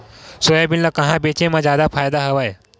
Soybean ल कहां बेचे म जादा फ़ायदा हवय?